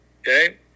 Okay